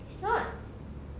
he's not